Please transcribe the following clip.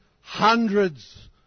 hundreds